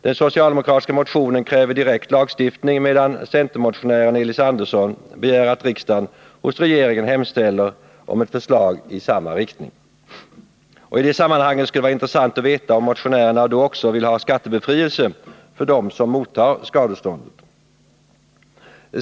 Den socialdemokratiska motionen kräver direkt lagstiftning, medan centermotionären Elis Andersson begär att riksdagen hos regeringen hemställer om ett förslag i samma riktning. I det sammanhanget skulle det vara intressant att få veta om motionärerna också vill ha skattebefrielse för dem som tar emot skadeståndet.